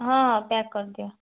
ହଁ ପ୍ୟାକ୍ କରିଦିଅ